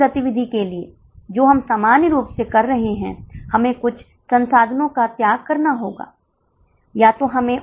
अब देखते हैं कि यदि छात्रों की संख्या 150 हो जाती है तो क्या होता है